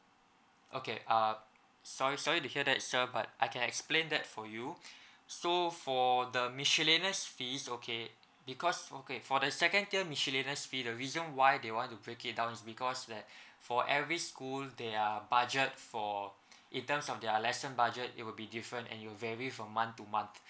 okay uh sorry sorry to hear that sir but I can explain that for you so for the miscellaneous fees okay because okay for the second tier miscellaneous fee the reason why they want to break it down is because that for every school their budget for in terms of their lesson budget it will be different and it'll vary from month to month